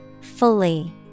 Fully